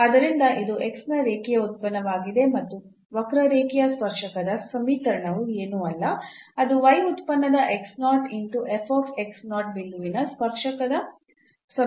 ಆದ್ದರಿಂದ ಇದು ನ ರೇಖೀಯ ಉತ್ಪನ್ನವಾಗಿದೆ ಮತ್ತು ವಕ್ರರೇಖೆಯ ಸ್ಪರ್ಶಕದ ಸಮೀಕರಣವು ಏನೂ ಅಲ್ಲ ಅದು ಉತ್ಪನ್ನದ ಬಿಂದುವಿನ ಸ್ಪರ್ಶಕದ ಸಮೀಕರಣ